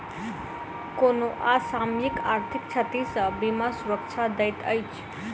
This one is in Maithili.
कोनो असामयिक आर्थिक क्षति सॅ बीमा सुरक्षा दैत अछि